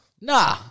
Nah